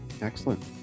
Excellent